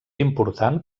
important